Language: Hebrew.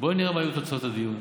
בואי נראה מה יהיו תוצאות הדיון.